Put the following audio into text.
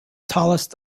tallest